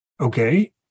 okay